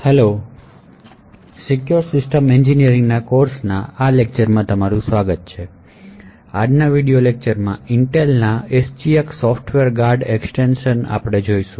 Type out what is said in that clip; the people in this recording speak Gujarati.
હેલ્લો સિક્યોર સિસ્ટમ એન્જિનિયરિંગના કોર્સમાં આજના લેક્ચરમાં તમારું સ્વાગત છે આજના વિડિઓ લેક્ચરમાં ઇન્ટેલના SGX સોફ્ટવેર ગાર્ડ એક્સ્ટેંશન જોવામાં આવશે